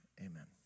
amen